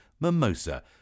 Mimosa